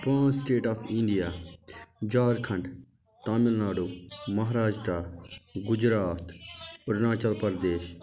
پانٛژھ state of India Jharkhand Tamil Nadu Maharashtra Gujarat Arunachal Pradesh